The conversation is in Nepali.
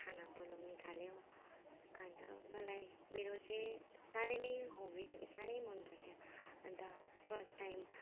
खाना बनाउनु थाल्यो अन्त मलाई मेरो चाहिँ साह्रै नै हबी थियो कि साह्रै मनपर्थ्यो अन्त फर्स्ट टाइम